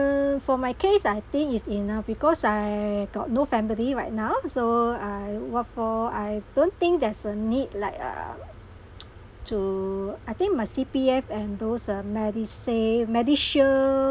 uh for my case I think is enough because I got no family right now so I what for I don't think there's a need like uh to I think my C_P_F and those uh MediSave MediShield